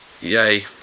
Yay